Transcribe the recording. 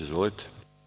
Izvolite.